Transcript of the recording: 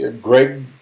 Greg